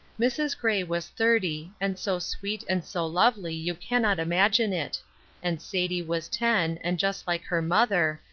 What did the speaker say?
mrs. gray was thirty, and so sweet and so lovely, you cannot imagine it and sadie was ten, and just like her mother,